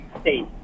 State